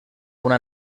una